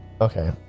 Okay